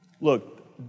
Look